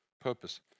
purpose